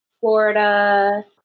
florida